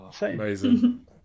Amazing